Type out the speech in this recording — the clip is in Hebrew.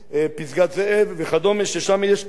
ששם יש כ-300,000 יהודים.